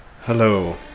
hello